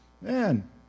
Man